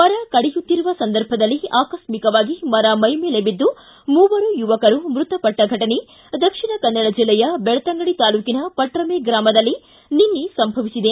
ಮರ ಕಡಿಯುತ್ತಿರುವ ಸಂದರ್ಭದಲ್ಲಿ ಆಕ್ಸಿಕವಾಗಿ ಮರ ಮೈಮೇಲೆ ಬಿದ್ದು ಮೂವರು ಯುವಕರು ಮೃತಪಟ್ಟ ಘಟನೆ ದಕ್ಷಿಣ ಕನ್ನಡ ಜಿಲ್ಲೆಯ ಬೆಳ್ತಂಗಡಿ ತಾಲೂಕಿನ ಪಟ್ರಮೆ ಗ್ರಾಮದಲ್ಲಿ ನಿನ್ನೆ ಸಂಭವಿಸಿದೆ